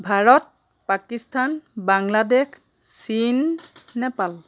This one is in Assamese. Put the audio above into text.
ভাৰত পাকিস্তান বাংলাদেশ চীন নেপাল